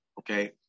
Okay